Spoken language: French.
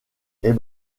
est